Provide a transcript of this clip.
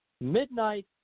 midnight